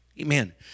Amen